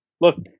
look